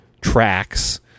tracks